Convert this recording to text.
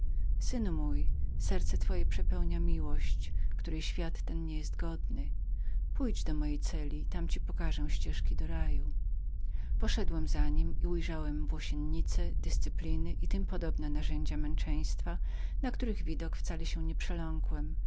synu mój serce twoje przepełnia miłość której świat ten nie jest godnym pójdź do mojej celi tam ci pokażę ścieżki do raju poszedłem za nim i ujrzałem gwoździe włosiennicę dyscypliny i tym podobne narzędzia męczeństwa na których widok wcale się nie